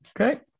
Okay